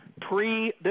pre –